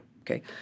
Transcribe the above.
okay